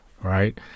right